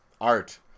Art